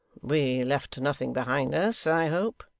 we left nothing behind us, i hope